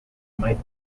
might